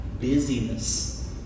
busyness